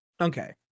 Okay